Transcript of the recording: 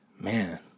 man